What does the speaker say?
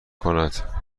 کند